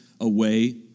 away